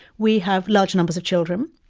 we have large numbers of children.